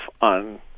on